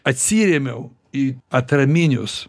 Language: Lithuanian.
atsirėmiau į atraminius